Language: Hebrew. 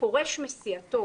פורש מסיעתו